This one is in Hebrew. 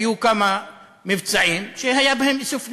היו כמה מבצעים שהיה בהם איסוף נשק,